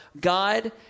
God